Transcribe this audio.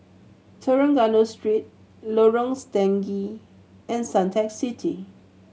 Trengganu Street Lorong Stangee and Suntec City